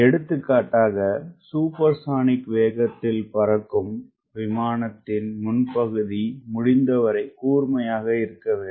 எடுத்துக்காட்டாகசூப்பர்சானிக் வேகத்தில் பறக்கும்விமானத்தின்முன்பகுதிமுடிந்தவரைகூர்மையாக இருக்க வேண்டும்